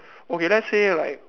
okay let's say like